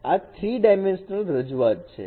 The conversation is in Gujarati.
આ 3 ડાયમેન્શનલ રજૂઆત છે